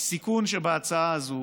הסיכון שבהצעה הזו